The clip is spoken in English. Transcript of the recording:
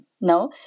no